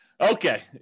Okay